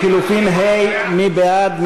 לחלופין ה', מי בעד?